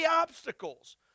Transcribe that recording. obstacles